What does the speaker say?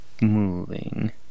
moving